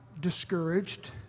discouraged